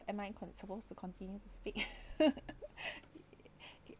am I con~ supposed to continue to speak